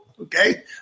Okay